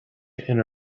ina